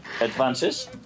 advances